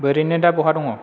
ओरैनो दा बहा दङ